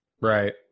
Right